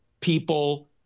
people